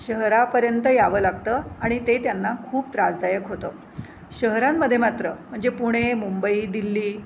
शहरापर्यंत यावं लागतं आणि ते त्यांना खूप त्रासदायक होतं शहरांमध्ये मात्र म्हणजे पुणे मुंबई दिल्ली